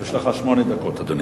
יש לך שמונה דקות, אדוני.